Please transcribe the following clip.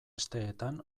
asteetan